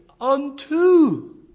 unto